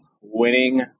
winning